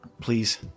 please